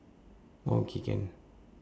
orh okay can